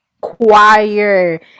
Choir